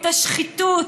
את השחיתות,